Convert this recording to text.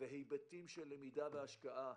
והיבטים של למידה והשקעה,